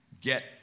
get